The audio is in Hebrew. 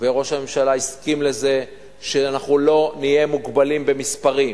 וראש הממשלה הסכים לזה שאנחנו לא נהיה מוגבלים במספרים: